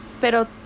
Pero